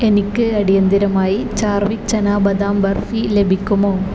എനിക്ക് അടിയന്തിരമായി ചാർവിക് ചനാ ബദാം ബർഫി ലഭിക്കുമോ